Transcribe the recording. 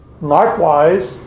Likewise